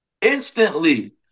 Instantly